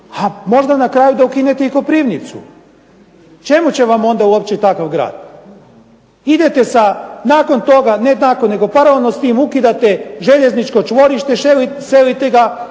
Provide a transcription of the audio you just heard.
možda na kraju da ukinete i Koprivnicu. Čemu će vam uopće takav grad? Idete nakon toga ne nakon nego paralelno s tim ukidate željezničko čvorište i selite ga